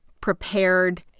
prepared